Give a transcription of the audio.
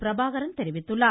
பிரபாகரன் தெரிவித்துள்ளார்